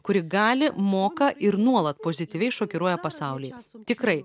kuri gali moka ir nuolat pozityviai šokiruoja pasaulį tikrai